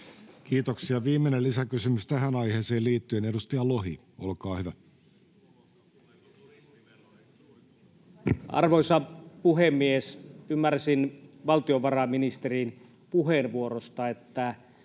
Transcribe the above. Kiitoksia. — Viimeinen lisäkysymys tähän aiheeseen liittyen, edustaja Lohi, olkaa hyvä. Arvoisa puhemies! Ymmärsin valtiovarainministerin puheenvuorosta, että